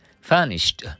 Furnished